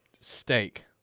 Steak